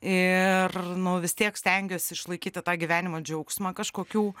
ir nu vis tiek stengiuosi išlaikyti tą gyvenimo džiaugsmą kažkokių